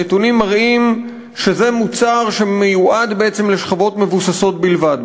הנתונים מראים שזה מוצר שמיועד בעצם לשכבות מבוססות בלבד.